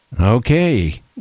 Okay